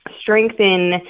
strengthen